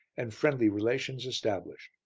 and friendly relations established.